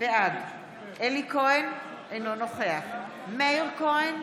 בעד אלי כהן, אינו נוכח מאיר כהן,